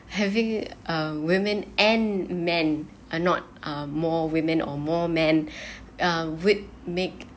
having um women and men are not uh more women or more men uh would make